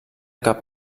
cap